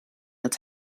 dat